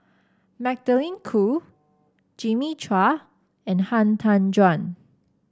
Magdalene Khoo Jimmy Chua and Han Tan Juan